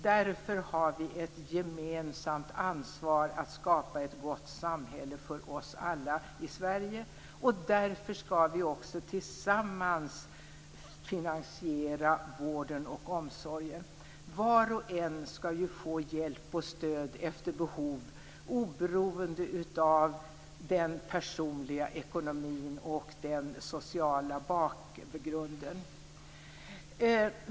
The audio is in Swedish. Därför har vi ett gemensamt ansvar att skapa ett gott samhälle för oss alla i Sverige och därför skall vi tillsammans finansiera vården och omsorgen. Var och en skall få hjälp och stöd efter behov, oberoende av den personliga ekonomin och den sociala bakgrunden.